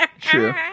true